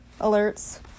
alerts